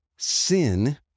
sin